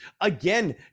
Again